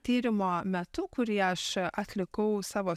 tyrimo metu kurį aš atlikau savo